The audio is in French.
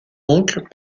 donc